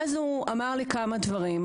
ואז הוא אמר לי כמה דברים.